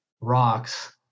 rocks